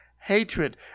hatred